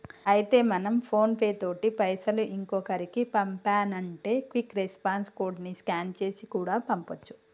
అయితే మనం PhonePe తోటి పైసలు ఇంకొకరికి పంపానంటే క్విక్ రెస్పాన్స్ కోడ్ ని స్కాన్ చేసి కూడా పంపొచ్చు